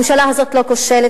הממשלה הזאת לא כושלת,